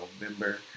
november